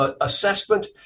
assessment